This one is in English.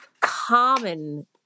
common